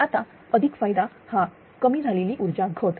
आता अधिक फायदा हा कमी झालेली ऊर्जा घट